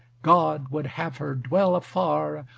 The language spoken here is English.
god would have her dwell afar,